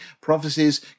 prophecies